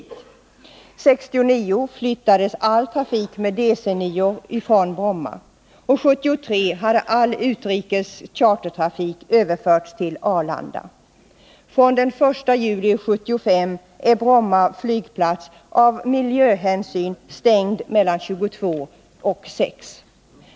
1969 flyttades all trafik med DC 9:or från Bromma. 1973 hade all utrikes chartertrafik överförts till Arlanda, och från den 1 juli 1975 är Bromma flygplats av miljöhänsyn stängd mellan kl. 22.00 och 06.00.